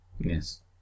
Yes